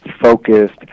focused